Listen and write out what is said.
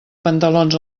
pantalons